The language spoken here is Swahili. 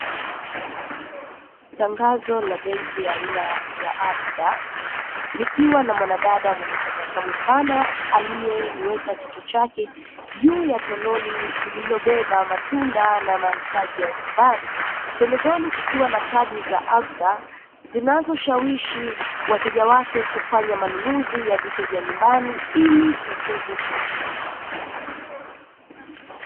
Tangazo la benki aina ya "Absa" likiwa na mwanadada mwenye tabasamu pana aliyeweka kichwa chake juu ya toroli lililobeba matunda na mahtaji ya nyumbani, pembezoni kukiwa na kadi za "Absa" zinazoshawishi wateja wake kufanya manunuzi ya vitu vya nyumbani ili kusevu pesa.